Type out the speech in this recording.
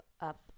up